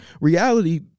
Reality